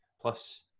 Plus